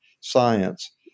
science